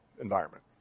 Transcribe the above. environment